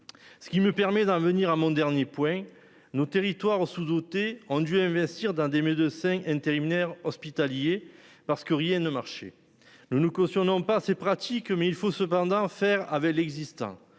Ce qui me permet d'en venir à mon dernier point nos territoires sous-dotés enduit investir d'un des médecins intérimaires hospitaliers parce que rien ne marchait. Nous ne cautionnons pas ces pratiques mais il faut cependant faire avec l'existant.